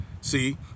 See